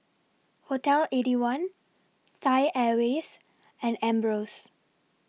Hotel Eighty One Thai Airways and Ambros